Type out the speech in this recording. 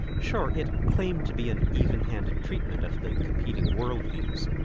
sure, it claimed to be an even handed treatment of the competing world views,